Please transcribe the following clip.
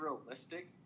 realistic